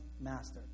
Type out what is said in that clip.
master